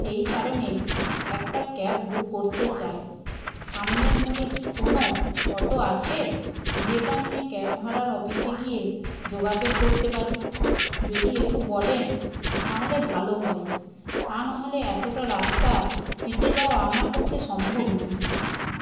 সেই কারণে একটা ক্যাব বুক করতে চাই সামনের মোড়ে কি কোন অটো আছে যেটা নিয়ে ক্যাব ভাড়ার অফিসে গিয়ে যোগাযোগ করতে পারি যদি একটু বলেন তাহলে ভালো হয় তা না হলে এতটা রাস্তা হেঁটে যাওয়া আমার পক্ষে সম্ভব নয়